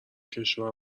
کشور